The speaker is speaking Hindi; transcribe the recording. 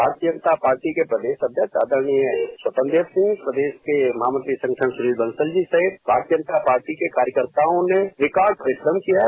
भारतीय जनता पार्टी के प्रदेश अध्यक्ष आदरणीय स्वतंत्र देव सिंह प्रदेश के महामंत्री संगठन श्री बंसल जी सहित भारतीय जनता पार्टी के कार्यकर्ताओं ने एकाग्र परिश्रम किया है